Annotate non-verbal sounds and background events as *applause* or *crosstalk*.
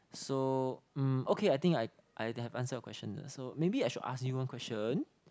so um okay I think I I have answered your question *noise* so maybe I should ask you one question